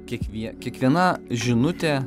kiekvie kiekviena žinutė